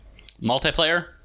multiplayer